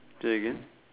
say again